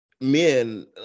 men